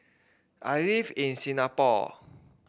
I live in Singapore